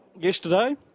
yesterday